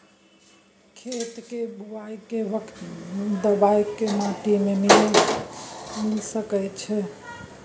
खेत के बुआई के वक्त दबाय के माटी में मिलाय सके छिये?